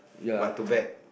but too bad